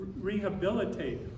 rehabilitate